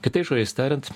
kitais žodžiais tariant